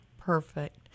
Perfect